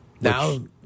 Now